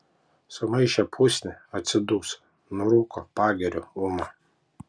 sumaišė pusnį atsiduso nurūko pagiriu ūma